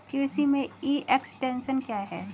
कृषि में e extension क्या है?